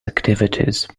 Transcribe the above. activities